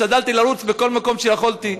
השתדלתי לרוץ לכל מקום שיכולתי,